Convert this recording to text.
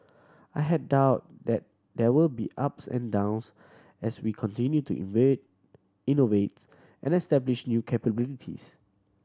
I have doubt that there will be ups and downs as we continue to innovates and establish new capabilities